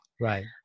right